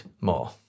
more